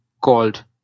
called